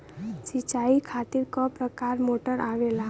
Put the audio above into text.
सिचाई खातीर क प्रकार मोटर आवेला?